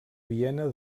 viena